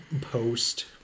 post